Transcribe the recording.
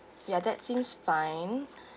ya that seems fine